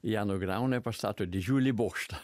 ją nugriauna ir pastato didžiulį bokštą